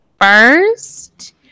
first